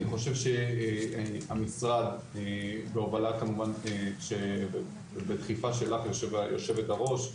אני חושב שהמשרד בהובלה כמובן בדחיפה שלך היו"ר,